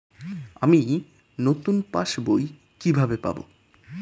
আমি নতুন passbook কিভাবে পাব?